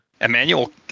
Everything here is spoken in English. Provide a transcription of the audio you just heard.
Emmanuel